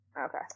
Okay